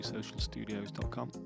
socialstudios.com